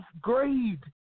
grade